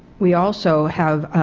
we also have